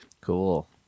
Cool